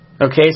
Okay